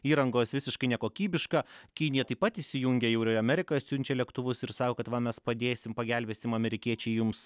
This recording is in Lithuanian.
įrangos visiškai nekokybiška kinija taip pat įsijungia jau ir į ameriką siunčia lėktuvus ir sako kad va mes padėsim pagelbėsim amerikiečiai jums